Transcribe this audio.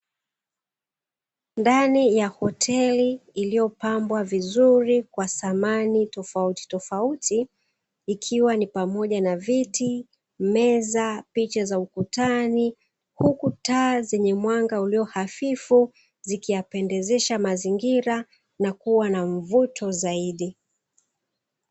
Ndani ya hoteli iliyopambwa vizuri kwa samani tofautitofauti ikiwa ni pamoja na viti, meza, picha za ukutani, huku taa zenye mwanga ulio hafifu zikiyapendezesha mazingira na kuwa na mvuto zaidi.